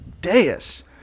dais